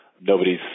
nobody's